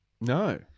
No